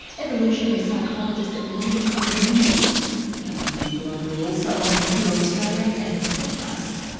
evolutionary psychologist leda cosmides coming to you globally also on radio australia and as podcast.